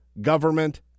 government